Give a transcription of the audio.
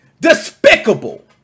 despicable